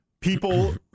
people